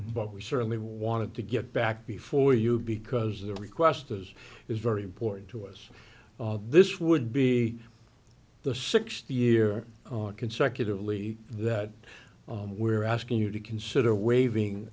but we certainly wanted to get back before you because the requesters is very important to us this would be the sixth year or consecutively that we're asking you to consider waiving